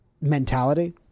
mentality